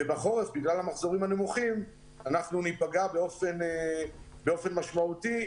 ובחורף אנחנו ניפגע באופן משמעותי,